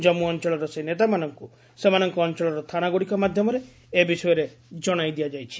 ଜମ୍ମୁ ଅଞ୍ଚଳର ସେହି ନେତାମାନଙ୍କୁ ସେମାନଙ୍କ ଅଞ୍ଚଳର ଥାନାଗୁଡ଼ିକ ମାଧ୍ୟମରେ ଏ ବିଷୟରେ ଜଣାଇ ଦିଆଯାଇଛି